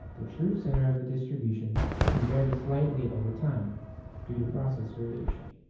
the true center of the distribution can vary slightly over time due to process variation.